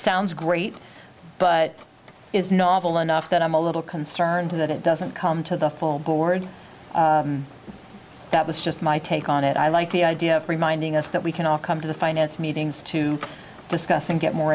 sounds great but is novel enough that i'm a little concerned that it doesn't come to the full board that was just my take on it i like the idea of reminding us that we can all come to the finance meetings to discuss and get more